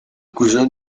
cousin